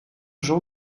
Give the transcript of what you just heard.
jean